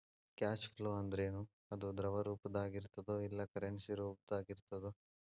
Cash flow ಅಂದ್ರೇನು? ಅದು ದ್ರವ ರೂಪ್ದಾಗಿರ್ತದೊ ಇಲ್ಲಾ ಕರೆನ್ಸಿ ರೂಪ್ದಾಗಿರ್ತದೊ?